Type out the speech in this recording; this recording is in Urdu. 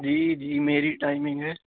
جی جی میری ٹائمنگ ہے